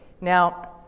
Now